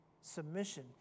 submission